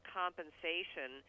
compensation